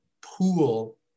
pool